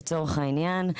לצורך העניין,